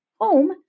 home